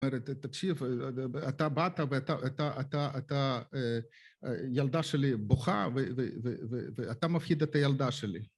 זאת אומרת, תקשיב, אתה באת, ואתה אתה אתה... ילדה שלי בוכה, ו… ו… ואתה מפחיד את הילדה שלי.